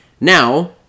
Now